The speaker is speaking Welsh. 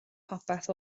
popeth